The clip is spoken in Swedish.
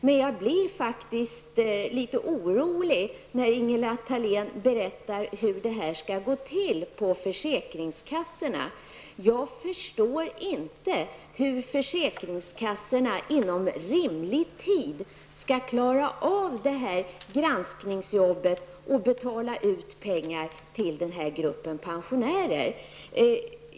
Men jag blir litet orolig, när Ingela Thalén berättar hur det skall gå till på försäkringskassorna. Jag förstår inte hur försäkringskassorna inom rimlig tid skall klara av granskningsjobbet och betala ut pengar till den här gruppen pensionärer.